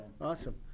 Awesome